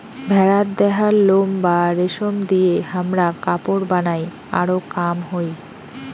ভেড়ার দেহার লোম বা রেশম দিয়ে হামরা কাপড় বানাই আরো কাম হই